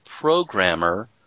programmer